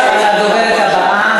את הדוברת הבאה,